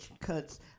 cuts